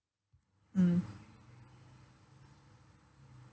mm